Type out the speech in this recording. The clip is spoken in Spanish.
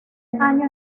año